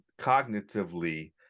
cognitively